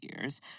years